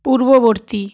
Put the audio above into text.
পূর্ববর্তী